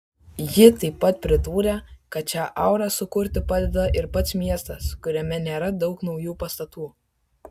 ji taip pat pridūrė kad šią aurą sukurti padeda ir pats miestas kuriame nėra daug naujų pastatų